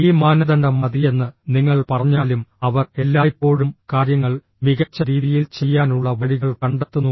ഈ മാനദണ്ഡം മതിയെന്ന് നിങ്ങൾ പറഞ്ഞാലും അവർ എല്ലായ്പ്പോഴും കാര്യങ്ങൾ മികച്ച രീതിയിൽ ചെയ്യാനുള്ള വഴികൾ കണ്ടെത്തുന്നു